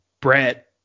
Brett